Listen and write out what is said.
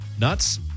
Nuts